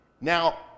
now